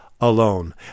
alone